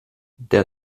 der